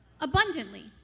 abundantly